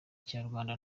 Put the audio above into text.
kinyarwanda